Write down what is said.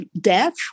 death